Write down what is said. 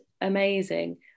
amazing